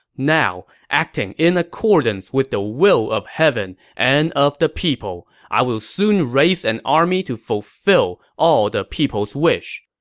now, acting in accordance with the will of heaven and of the people, i will soon raise an army to fulfill all the people's wish.